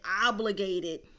obligated